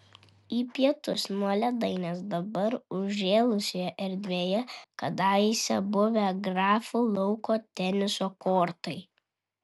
į pietus nuo ledainės dabar užžėlusioje erdvėje kadaise buvę grafų lauko teniso kortai